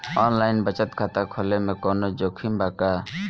Online बचत खाता खोले में कवनो जोखिम बा का?